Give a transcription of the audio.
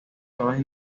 zonas